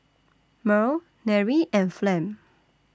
Merl Nery and Flem